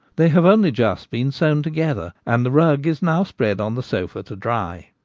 they have only just been sewn together, and the rug is now spread on the sofa to dry.